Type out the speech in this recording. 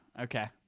okay